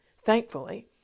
thankfully